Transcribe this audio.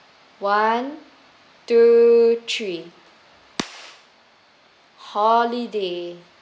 one two three holiday